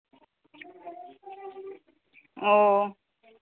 ও